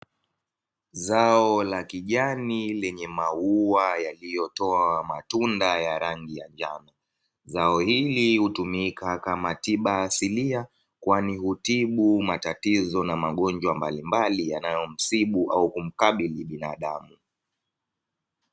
Zao la kijani lenye maua yaliotoa matunda ya rangi ya njano zao hili hutumika kama tiba asilia, kwani hutibu matatizo na magonjwa mbalimbali yanayomsibu au kumkabili binadamu.